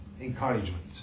encouragement